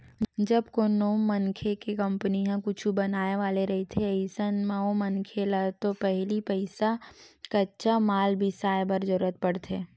जब कोनो मनखे के कंपनी ह कुछु बनाय वाले रहिथे अइसन म ओ मनखे ल तो पहिली पइसा कच्चा माल बिसाय बर जरुरत पड़थे